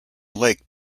lake